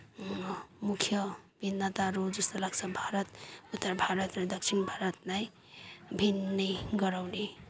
मुख्य भिन्नताहरू जस्तो लाग्छ भारत उत्तर भारत र दक्षिण भारतलाई भिन्दै गराउने